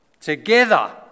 together